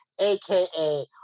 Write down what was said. aka